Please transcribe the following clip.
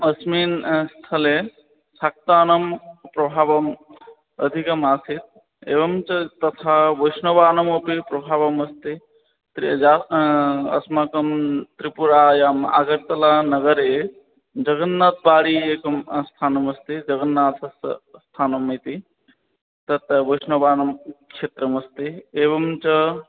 अस्मिन् स्थले शाक्तानां प्रभावः अधिकः आसीत् एवञ्च तथा वैष्णवानाम् अपि प्रभावः अस्ति त्रिजा अस्माकं त्रिपुरायाम् आगर्तलानगरे जगन्नाथपुरी एकं स्थानम् अस्ति जगन्नाथस्य स्थानम् इति तत् वैष्णवानां क्षेत्रम् अस्ति एवञ्च